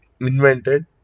invented